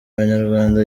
abanyarwanda